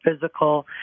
physical